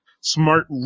smart